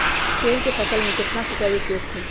गेंहू के फसल में केतना सिंचाई उपयुक्त हाइ?